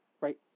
right